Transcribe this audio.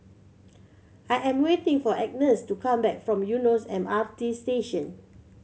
I am waiting for Agness to come back from Eunos M R T Station